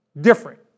different